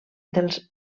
dels